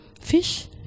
fish